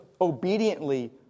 obediently